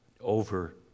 Over